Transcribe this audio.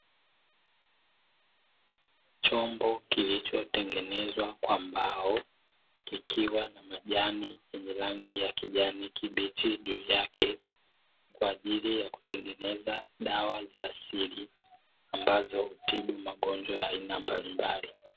Chombo kilichotengenezwa kwa mbao kikiwa na rangi ya kijani kibichi juu yake kwa ajili ya kutengenezea dawa za asili, ambazo hutibu magonjwa ya aina mbalimbali.